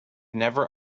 never